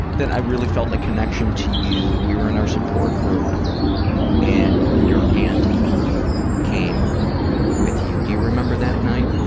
that i really felt a connection to you, we were in our support group and your aunt came with you. do you remember that night?